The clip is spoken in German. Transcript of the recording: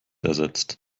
ersetzt